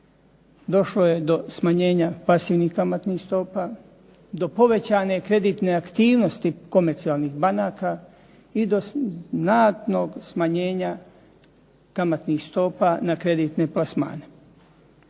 došlo je do smanjenja pasivnih kamatnih stopa, do povećane kreditne aktivnosti komercijalnih banaka i do znatnog smanjenja kamatnih stopa na kreditne plasmane.